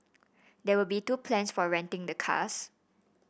there will be two plans for renting the cars